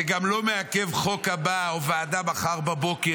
זה גם לא מעכב את החוק הבא או ועדה מחר בבוקר,